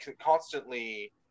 constantly